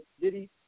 Diddy